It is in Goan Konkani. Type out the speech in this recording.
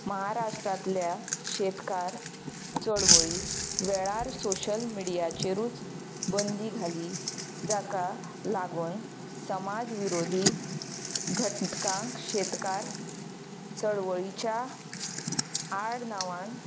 म्हाराष्ट्रांतल्या शेतकार चळवळी वेळार सोशियल मिडियाचेरूच बंदी घाली जाका लागून समाज विरोधी घटकांक शेतकार चळवळीच्या आडनांवान